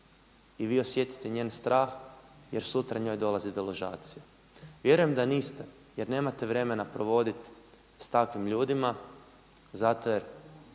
i vi osjetite njen strah jer sutra njoj dolazi deložacija. Vjerujem da niste jer nemate vremena provoditi s takvim ljudima